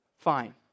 Fine